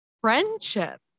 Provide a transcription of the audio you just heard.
friendship